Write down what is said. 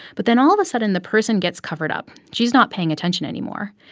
but then all of a sudden, the person gets covered up. she's not paying attention anymore.